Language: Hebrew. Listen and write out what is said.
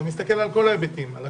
אתה מסתכל על כל ההיבטים, אתה